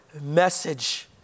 message